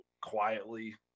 quietly